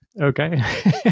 Okay